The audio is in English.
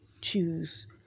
choose